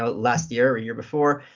ah last year year before.